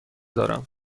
دارم